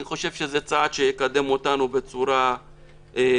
אני חושב שזה צעד שיקדם אותנו בצורה משמעותית.